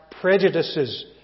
prejudices